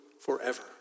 forever